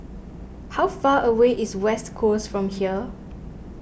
how far away is West Coast from here